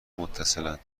متصلاند